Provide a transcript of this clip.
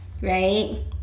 right